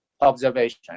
observation